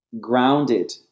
grounded